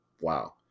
Wow